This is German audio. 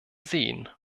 sehen